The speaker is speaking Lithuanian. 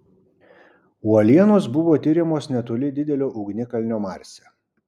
uolienos buvo tiriamos netoli didelio ugnikalnio marse